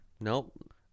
Nope